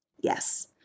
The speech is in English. yes